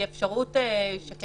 היא אפשרות שקיימת